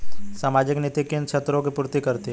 सामाजिक नीति किन क्षेत्रों की पूर्ति करती है?